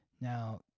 Now